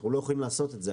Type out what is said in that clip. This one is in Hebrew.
אנחנו לא יכולים לעשות את זה.